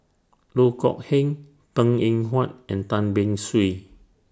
Loh Kok Heng Png Eng Huat and Tan Beng Swee